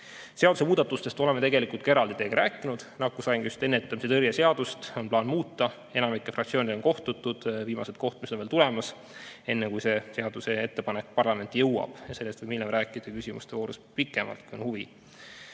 Seadusemuudatustest oleme tegelikult teiega eraldi rääkinud. Nakkushaiguste ennetamise ja tõrje seadust on plaan muuta. Enamiku fraktsioonidega on kohtutud, viimased kohtumised on veel tulemas, enne kui see ettepanek parlament jõuab. Sellest võime rääkida küsimuste voorus pikemalt, kui on huvi.